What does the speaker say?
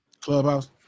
Clubhouse